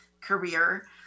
career